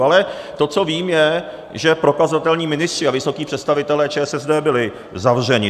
Ale to, co vím, je, že prokazatelní ministři a vysocí představitelé ČSSD byli zavřeni.